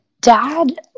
dad